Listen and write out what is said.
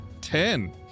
Ten